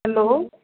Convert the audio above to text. hello